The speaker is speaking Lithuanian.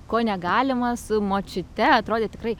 ko negalima su močiute atrodė tikrai